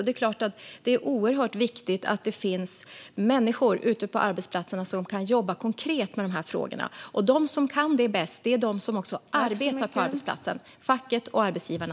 Det är såklart oerhört viktigt att det finns människor ute på arbetsplatserna som kan jobba konkret med dessa frågor. De som kan det bäst är de som arbetar på arbetsplatsen, facken och arbetsgivarna.